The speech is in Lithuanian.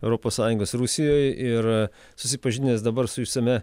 europos sąjungos rusijoj ir susipažinęs dabar su išsamia